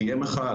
תהיה מחאה?